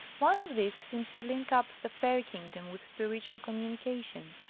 one of these seems to link up the fairy kingdom with spiritual communi cation,